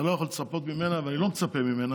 אתה לא יכול לצפות ממנה, ואני לא מצפה ממנה,